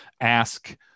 ask